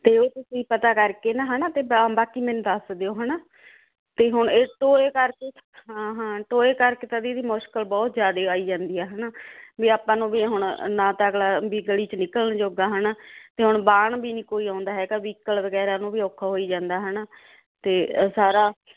ਤੇ ਉਹ ਤੁਸੀਂ ਪਤਾ ਕਰਕੇ ਨਾ ਹਨਾ ਤੇ ਬਾਕੀ ਮੈਨੂੰ ਦੱਸ ਦਿਓ ਹਨਾ ਤੇ ਹੁਣ ਇਸ ਤੋਂ ਇਹ ਕਰਕੇ ਹਾਂ ਹਾਂ ਟੋਏ ਕਰਕੇ ਤਾਂ ਦੀਦੀ ਬਹੁਤ ਮੁਸ਼ਕਲ ਬਹੁਤ ਜਿਆਦੀ ਆਈ ਜਾਂਦੀ ਆ ਹਨਾ ਵੀ ਆਪਾਂ ਨੂੰ ਵੀ ਹੁਣ ਨਾ ਤਾਂ ਅਗਲਾ ਵੀ ਗਲੀ ਚ ਨਿਕਲਣ ਜੋਗਾ ਹਨਾ ਤੇ ਹੁਣ ਵਾਹਨ ਵੀ ਨਹੀਂ ਕੋਈ ਆਉਂਦਾ ਹੈਗਾ ਵਹੀਕਲ ਵਗੈਰਾ ਨੂੰ ਵੀ ਔਖਾ ਹੋਈ ਜਾਂਦਾ ਹਨਾ ਤੇ ਸਾਰਾ